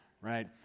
Right